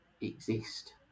exist